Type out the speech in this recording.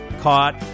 caught